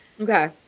Okay